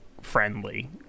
friendly